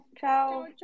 Ciao